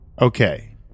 Okay